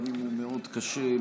גם אם מאוד קשה,